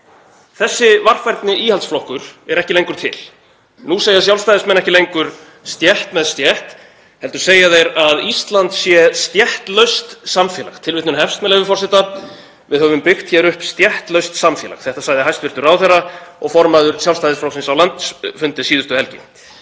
Þessi varfærni íhaldsflokkur er ekki lengur til. Nú segja Sjálfstæðismenn ekki lengur stétt með stétt heldur segja þeir að Ísland sé stéttlaust samfélag, með leyfi forseta: „Við höfum byggt upp stéttlaust samfélag.“ Þetta sagði hæstv. ráðherra og formaður Sjálfstæðisflokksins á landsfundi síðustu helgi.